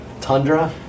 Tundra